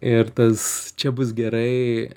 ir tas čia bus gerai